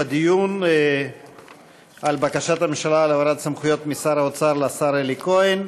בדיון על בקשת הממשלה להעברת סמכויות משר האוצר לשר אלי כהן.